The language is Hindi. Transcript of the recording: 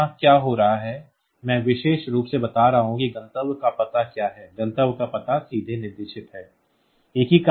तो यहाँ क्या हो रहा है मैं विशेष रूप से बता रहा हूं कि गंतव्य का पता क्या है गंतव्य का पता सीधे निर्दिष्ट है